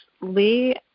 Lee